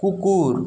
কুকুর